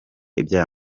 iby’aya